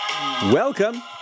Welcome